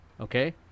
okay